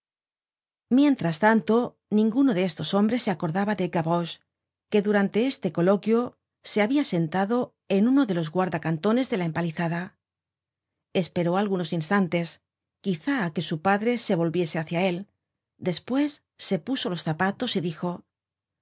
mientras tanto ninguno de estos hombres se acordaba de gavroche que durante este coloquio se habia sentado en uno de los guarda cantones de la empalizada esperó algunos instantes quizá á que su padre se volviese hácia él despues se puso los zapatos y dijo